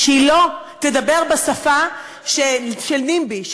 שהיא לא תדבר בשפה של NIMBY,